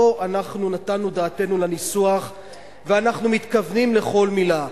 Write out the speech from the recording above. פה אנחנו נתנו דעתנו לניסוח ואנחנו מתכוונים לכל מלה: